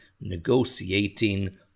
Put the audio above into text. negotiating